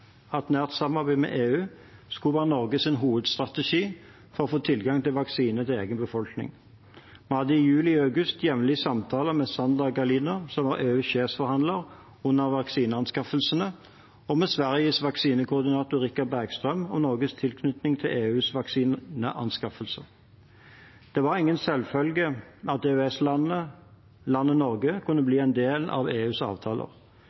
at nært samarbeid med EU skulle være Norges hovedstrategi for å få tilgang til vaksiner til egen befolkning. Vi hadde i juli og august jevnlige samtaler med Sandra Gallina, som var EUs sjefsforhandler under vaksineanskaffelsene, og med Sveriges vaksinekoordinator, Richard Bergström, om Norges tilknytning til EUs vaksineanskaffelser. Det var ingen selvfølge at EØS-landet Norge kunne bli en del av EUs avtaler.